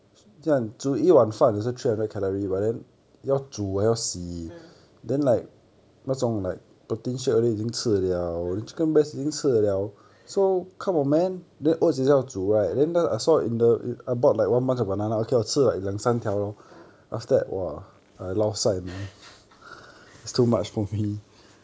mm ah ah ah ah